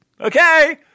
Okay